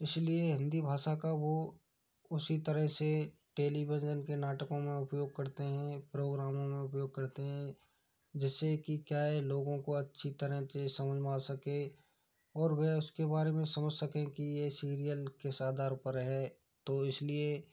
इस लिए हिंदी भाषा का वो उसी तरह से टेलीविजन के नाटकों में उपयोग करते हैं प्रोग्रामों में उपयोग करते हैं जिस से कि क्या है लोगों को अच्छी तरह से समझ में आ सके और वह उसके बारे में समझ सकें कि ये सीरियल किस आधार पर है तो इस लिए